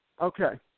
Okay